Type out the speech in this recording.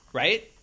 right